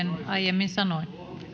aiemmin sanoin arvoisa